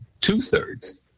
two-thirds